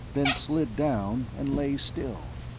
then slid down and lay still.